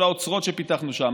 כל האוצרות שפיתחנו שם,